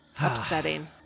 Upsetting